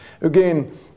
Again